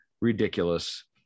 ridiculous